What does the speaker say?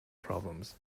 problems